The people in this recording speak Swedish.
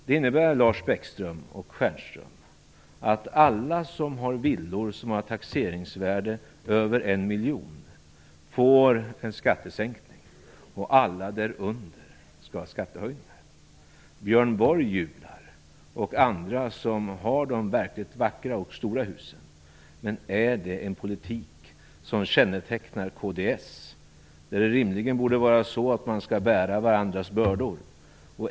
Det innebär att alla som har en villa med ett taxeringsvärde över 1 miljon kronor får en skattesänkning och alla därunder får skattehöjningar. Björn Borg jublar och alla andra som har de verkligt vackra och stora husen. Men är det en politik som kännetecknar kds? Det borde rimligen vara så att man skall bära varandras bördor.